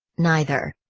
neither.